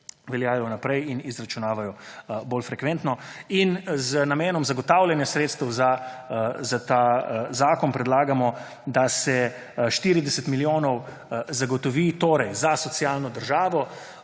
veljajo naprej in se izračunavajo bolj frekventno. Z namenom zagotavljanja sredstev za ta zakon predlagamo, da se 40 milijonov zagotovi za socialno državo